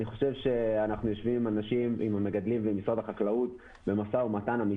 אנחנו יושבים עם המגדלים ועם משרד החקלאות במשא ומתן אמיתי